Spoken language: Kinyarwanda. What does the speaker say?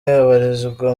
abarizwa